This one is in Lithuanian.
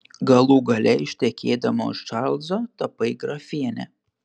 galų gale ištekėdama už čarlzo tapai grafiene